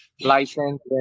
license